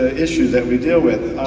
ah issues that we deal with.